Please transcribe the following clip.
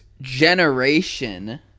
generation